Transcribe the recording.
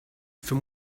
from